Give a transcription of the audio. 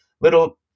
little